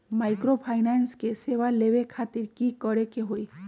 Microfinance के सेवा लेबे खातीर की करे के होई?